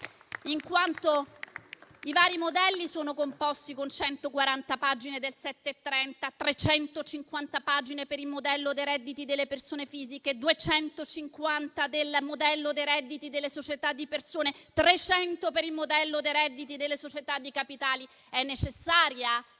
in quanto i vari modelli sono composti da 140 pagine del 730, 350 pagine del modello dei redditi delle persone fisiche, 250 pagine del modello dei redditi delle società di persone e 300 pagine del modello dei redditi delle società di capitali. Colleghi,